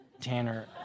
Tanner